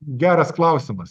geras klausimas